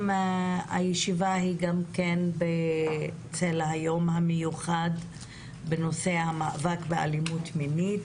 הישיבה היום היא בצל היום המיוחד בנושא המאבק באלימות מינית.